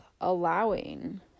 allowing